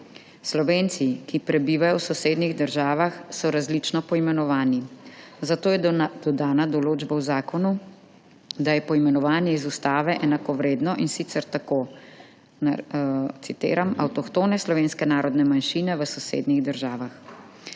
Slovenci, ki prebivajo v sosednjih državah, so različno poimenovani, zato je dodana določba v zakonu, da je poimenovanje iz Ustave enakovredno, in sicer tako, citiram, »avtohtone slovenske narodne manjšine v sosednjih državah«.